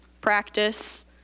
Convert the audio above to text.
practice